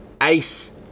ace